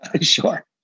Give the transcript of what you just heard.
Sure